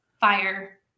fire